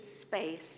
space